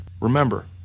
Remember